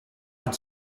had